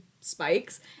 spikes